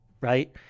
right